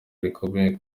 rikomeye